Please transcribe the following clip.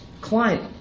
client